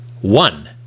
One